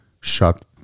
shut